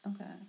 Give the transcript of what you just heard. Okay